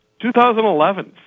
2011